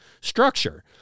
structure